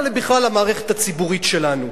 אלא בכלל למערכת הציבורית שלנו.